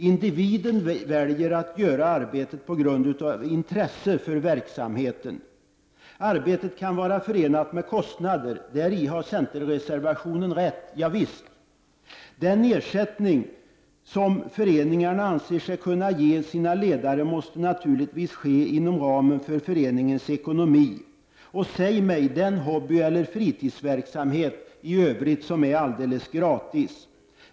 Individen väljer att göra arbetet på grund av intresse för verksamheten. Arbetet kan vara förenat med kostnader, däri har centerreservationen rätt, ja visst. Den ersätt ning som föreningarna anser sig kunna ge sina ledare måste naturligtvis ligga inom ramen för föreningens ekonomi. Och säg mig den hobbyeller fritidsverksamhet som är alldeles gratis.